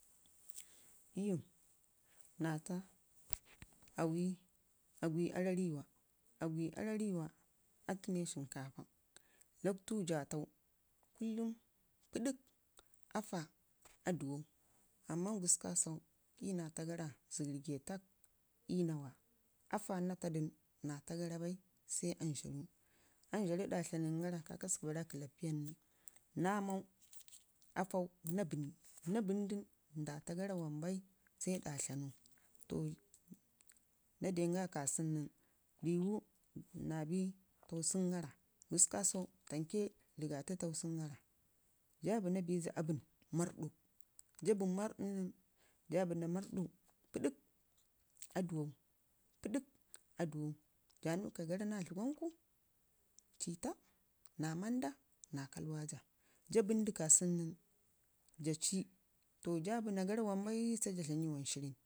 Iyu raa taa agwi aarrariwa, agwi aarrariwa tunu ne shinkafa, lockwtu daa tau kullum pədək aafa, aadu wau amma gusuku kasau iyu naa taa gara zəgər gaitak ii naawa aafa naa taadu nən naa taa gara bai sai anzharu, anzharu ɗa tlaanəngara kakasku hara kəllappiya nən naa mau aafau naa bənnyi, naa bəndu nən nda taagara wambai sai ɗa tlaanu naa danga kasau nən, biwu naa bai tagsəngara gusku kasau tamke rigafu lagsəngara, jaa bənna bisa marɗu jaa bəna marɗu nən jaa bənna marɗu pə ɗək aduwau, pəɗək aduwakk jaa nibkagara naa dləgwanku, ciita naa manda, naa kalwa jaa tənndu kasən nən jaa ci, to jaa bənnagara wambai to sai jaa dlam iyuwan shirrən